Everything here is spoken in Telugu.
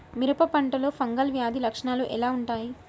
మిరప పంటలో ఫంగల్ వ్యాధి లక్షణాలు ఎలా వుంటాయి?